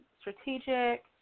strategic